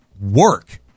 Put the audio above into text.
work